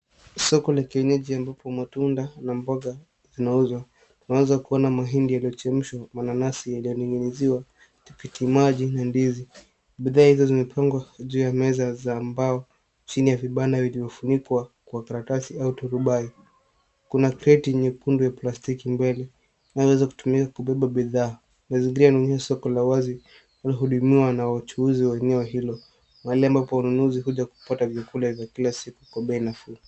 Soko la kienyeji ambapo matunda na mboga zinauzwa. Tunawezakuona mahindi yaliyochemshwa, mananasi yaliyoning'inizwa, tikiti maji na ndizi. Bidhaa hizo zimepangwa juu ya meza za mbao chini ya vibanda vilivyofunikwa kwa karatasi au turubai. Kuna kreti nyekundu ya plastiki mbele inayoweza kutumiwa kubeba bidhaa. Mazingira inaonyesha soko la wazi linalohudumiwa na wachuuzi wa eneo hilo mahali ambapo wanunuzi hukuja kupata vyakula vya kila siku kwa bei nafuu.